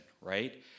right